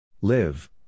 Live